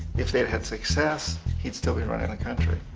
if they'd had success he'd still be running the country.